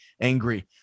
angry